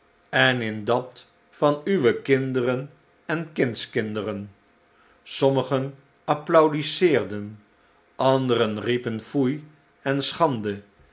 en in dat van uwe kinderen en kindskinderen sommigen applaudisseerden anderen riepen foei en schande